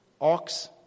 ox